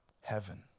heaven